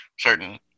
Certain